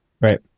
Right